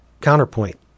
counterpoint